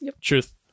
truth